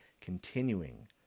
continuing